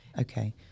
Okay